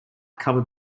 covered